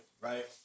right